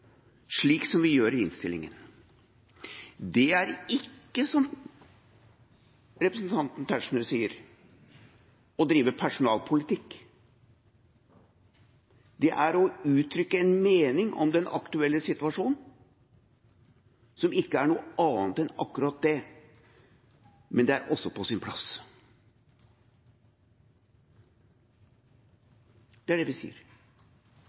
slik som vi gjør i innstillingen. Det er ikke – som representanten Tetzschner sier – å drive personalpolitikk. Det er å uttrykke en mening om den aktuelle situasjonen, som ikke er noe annet enn akkurat det. Men det er på sin plass. Det er det vi sier,